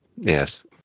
yes